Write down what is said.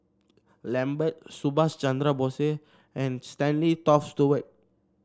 Lambert Subhas Chandra Bose and Stanley Toft Stewart